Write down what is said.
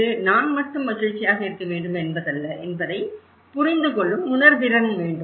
இது நான் மட்டும் மகிழ்ச்சியாக இருக்க வேண்டும் என்பதல்ல என்பதை புரிந்து கொள்ளும் உணர்திறன் வேண்டும்